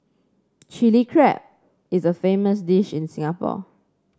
Chilli Crab is a famous dish in Singapore